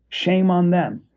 shame on them.